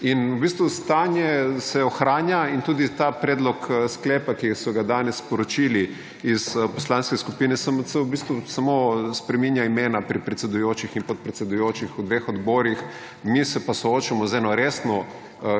In v bistvu stanje se ohranja in tudi ta predlog sklepa, ki so ga danes sporočili iz Poslanske skupine SMC, v bistvu samo spreminja imena pri predsedujočih in podpredsedujočih v 2 odborih, mi se pa soočamo z eno resno